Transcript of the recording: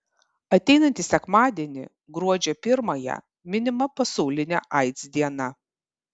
ateinantį sekmadienį gruodžio pirmąją minima pasaulinė aids diena